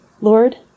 Lord